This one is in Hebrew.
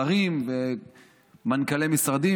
שרים ומנכ"לי משרדים,